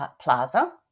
plaza